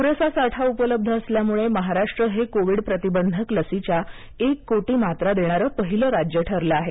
पुरेसा साठा उपलब्ध असल्यामुळे महाराष्ट्र हे कोविड प्रतिबंधक लसीच्या एक कोटी मात्रा देणारं पहिलं राज्य ठरलं आहे